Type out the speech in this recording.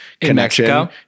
connection